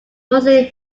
mostly